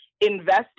invest